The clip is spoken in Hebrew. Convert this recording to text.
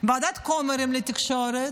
ועדת כמרים לתקשורת.